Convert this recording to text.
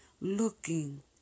Looking